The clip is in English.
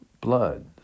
blood